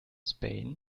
spain